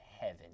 heaven